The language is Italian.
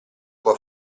può